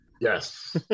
Yes